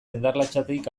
endarlatsatik